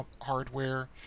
hardware